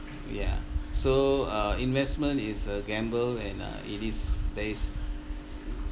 ya so uh investment is a gamble and uh it is there is